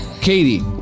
Katie